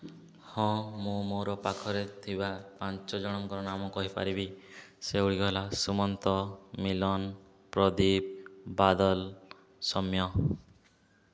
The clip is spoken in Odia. ହଁ ମୁଁ ମୋର ପାଖରେ ଥିବା ପାଞ୍ଚ ଜଣଙ୍କର ନାମ କହିପାରିବି ସେଗୁଡ଼ିକ ହେଲା ସୁମନ୍ତ ମିଲନ ପ୍ରଦୀପ ବାଦଲ ସୌମ୍ୟ